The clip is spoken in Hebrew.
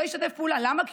למה?